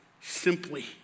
simply